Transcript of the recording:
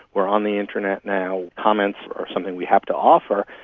are on the internet now, comments are something we have to offer,